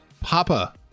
Papa